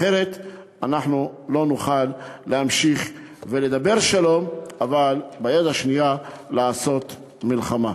אחרת אנחנו לא נוכל להמשיך ולדבר שלום כשביד השנייה עושים מלחמה.